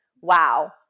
wow